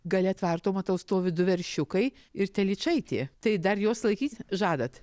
gale tvarto matau stovi du veršiukai ir telyčaitė tai dar jos laikys žadat